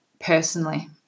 personally